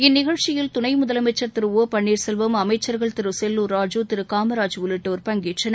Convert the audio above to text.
இந்நிகழ்ச்சியில் துணை முதலமைச்சர் திரு ஒ பன்னீர்செல்வம் அமைச்சர்கள் திரு செல்லூர் ராஜூ திரு காமராஜ் உள்ளிட்டோர் பங்கேற்றனர்